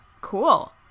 Cool